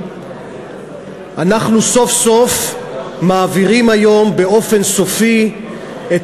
אנחנו סוף-סוף מעבירים היום באופן סופי את